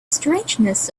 strangeness